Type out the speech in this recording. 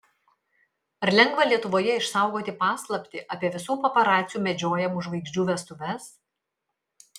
ar lengva lietuvoje išsaugoti paslaptį apie visų paparacių medžiojamų žvaigždžių vestuves